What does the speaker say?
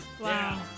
wow